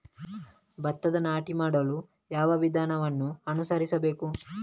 ಭತ್ತದ ನಾಟಿ ಮಾಡಲು ಯಾವ ವಿಧಾನವನ್ನು ಅನುಸರಿಸಬೇಕು?